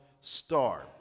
Star